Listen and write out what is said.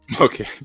Okay